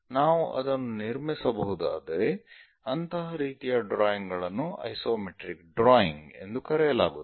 ನಾವು ಅದನ್ನು ನಿರ್ಮಿಸಬಹುದಾದರೆ ಅಂತಹ ರೀತಿಯ ಡ್ರಾಯಿಂಗ್ ಗಳನ್ನು ಐಸೊಮೆಟ್ರಿಕ್ ಡ್ರಾಯಿಂಗ್ ಎಂದು ಕರೆಯಲಾಗುತ್ತದೆ